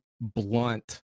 blunt